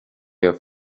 your